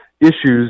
issues